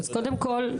אז קודם כל,